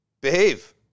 behave